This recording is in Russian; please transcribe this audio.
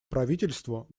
правительству